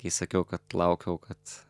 kai sakiau kad laukiau kad